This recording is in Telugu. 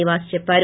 నివాస్ చెప్పారు